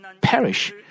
perish